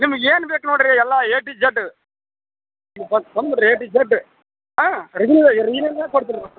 ನಿಮ್ಗೆ ಏನು ಬೇಕು ನೋಡ್ರಿ ಎಲ್ಲ ಎ ಟು ಜಡ್ ಬಂದು ಬಂದ್ಬುಡ್ರಿ ಎ ಟು ಜಡ್ ಹಾಂ ರಿಜಿನೇ ರಿಜಿನೇಬಲ್ ಕೊಡ್ತಿವಿ ರೀ